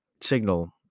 signal